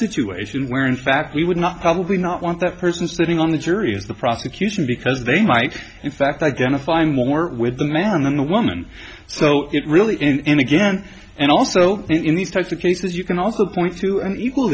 situation where in fact we would not probably not want that person sitting on the jury as the prosecution because they might in fact identify more with the man or woman so it really and again and also in these types of cases you can also point to an equal